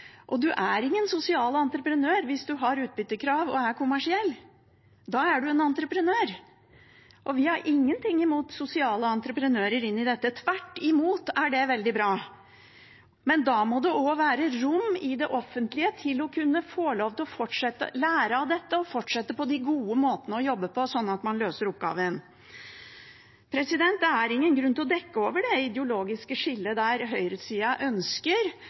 og man er ingen sosial entreprenør hvis man har utbyttekrav og er kommersiell. Da er man en entreprenør. Vi har ingenting imot sosiale entreprenører i dette. Tvert imot er det veldig bra, men da må det være rom i det offentlige for å kunne få lov til å lære av dette og fortsette med de gode måtene å jobbe på, sånn at man løser oppgaven. Det er ingen grunn til å dekke over det ideologiske skillet der høyresida ønsker